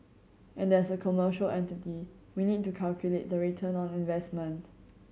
and as a commercial entity we need to calculate the return on investment